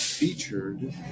featured